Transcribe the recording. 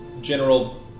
General